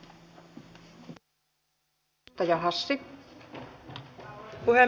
arvoisa puhemies